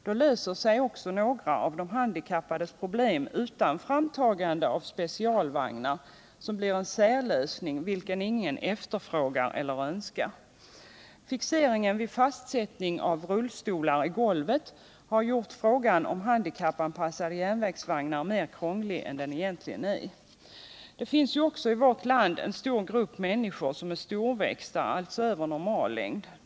Då löser sig också några av de handikappades problem utan framtagande av specialvagnar, som blir en särlösning, vilken ingen efterfrågar eller önskar. Fixeringen vid fastsättning av rullstolar i golvet har gjort frågan om handikappanpassade järnvägar mer krånglig än den egentligen är. Det finns i vårt land en grupp människor som är storväxta, alltså över normallängd.